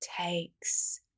takes